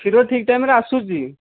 କ୍ଷୀର ଠିକ୍ ଟାଇମ୍ରେ ଆସୁଛି